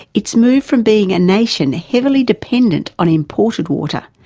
it's moved from being a nation heavily dependent on imported water,